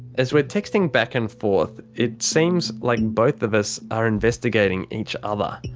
as we're texting back and forth, it's seems like both of us are investigating each other.